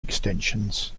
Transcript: extensions